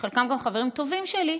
שחלקם גם חברים טובים שלי,